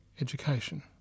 education